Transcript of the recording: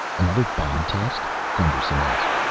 another bomb-test? gusterson asked.